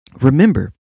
remember